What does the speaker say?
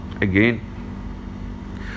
Again